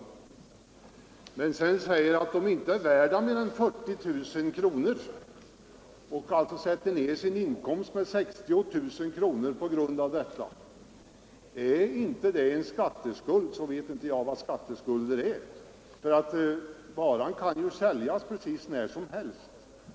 Om han sedan uppger att varorna inte är värda mer än 40 000 kronor, minskar han därigenom sin inkomst med 60 000 kronor. Är inte det en skatteskuld, vet inte jag vad skatteskulder är. Varan kan ju säljas precis när som helst.